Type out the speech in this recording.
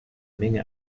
menge